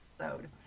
episode